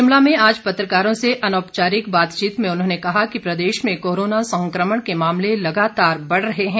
शिमला में आज पत्रकारों से अनौपचारिक बातचीत में उन्होंने कहा कि प्रदेश में कोरोना संक्रमण के मामले लगातार बढ़ रहे हैं